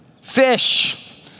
fish